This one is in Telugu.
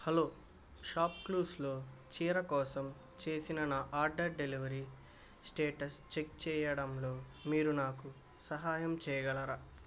హలో షాప్ క్లూస్లో చీర కోసం చేసిన నా ఆర్డర్ డెలివరీ స్టేటస్ చెక్ చేయడంలో మీరు నాకు సహాయం చేయగలరా